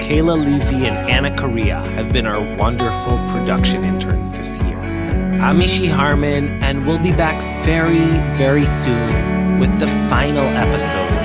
kayla levy and anna correa have been our wonderful production interns this year i'm mishy harman, and we'll be back very very soon with the final episode